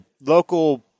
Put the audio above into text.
local